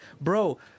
Bro